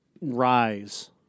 rise